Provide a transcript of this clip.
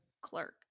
clerk